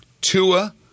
Tua